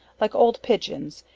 like old pigeons,